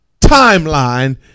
timeline